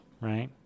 right